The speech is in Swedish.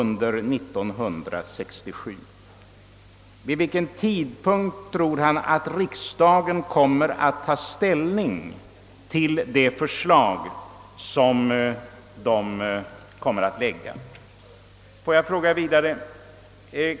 När tror Ni att riksdagen kommer att ta ställning till det förslag som kommittén presenterar?